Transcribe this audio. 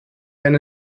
wenn